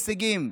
של הישגים,